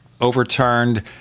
overturned